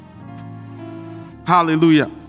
hallelujah